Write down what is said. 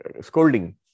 scolding